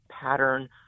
pattern